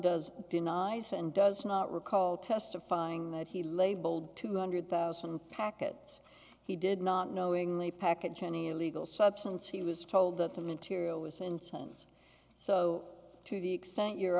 does denies and does not recall testifying that he labeled two hundred thousand dollars packets he did not knowingly package any illegal substance he was told that the material was sentence so to the extent you're